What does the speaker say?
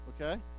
okay